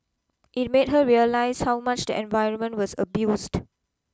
it made her realise how much the environment was abused